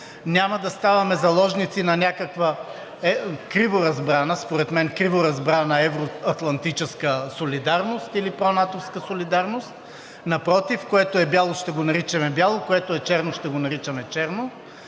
няма да ставаме заложници на някаква според мен криворазбрана евро-атлантическа солидарност или пронатовска солидарност. Напротив, което е бяло, ще го наричаме бяло, което е черно, ще го наричаме черно,